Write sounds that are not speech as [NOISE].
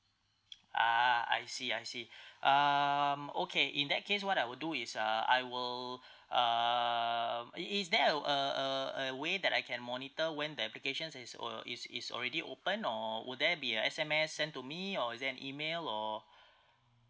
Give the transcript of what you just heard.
ah I see I see [BREATH] um okay in that case what I will do is uh I will [BREATH] um i~ is there a w~ a a a way that I can monitor when the applications is o~ is is already open or will there be a S_M_S sent to me or is there an email or [BREATH]